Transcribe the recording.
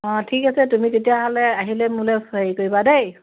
অঁ ঠিক আছে তুমি তেতিয়াহ'লে আহিলে মোলৈ হেৰি কৰিবা দেই